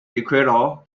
ecuador